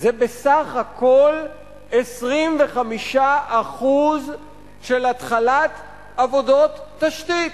זה בסך הכול 25% של התחלת עבודות תשתית.